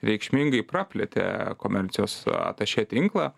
reikšmingai praplėtė komercijos atašė tinklą